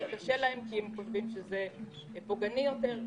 אולי קשה להם, אולי הם חושבים שזה פוגעני יותר.